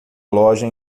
loja